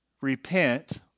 repent